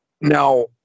Now